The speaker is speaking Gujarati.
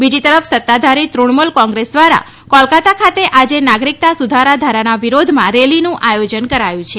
બીજી તરફ સત્તાધારી તૃણમુલ કોંગ્રેસ દ્વારા કોલકાતા ખાતે આજે નાગરીકતા સુધારા ધારાના વિરોધમાં રેલીનું આયોજન કરાયું છે